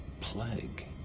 plague